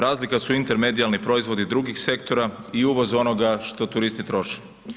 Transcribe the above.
Razlika su Inter medijalni proizvodi drugih sektora i uvoz onoga što turisti troše.